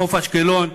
חוף-אשקלון.